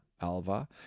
Alva